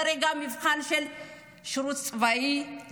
זה רגע מבחן של השירות הצבאי,